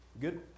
Good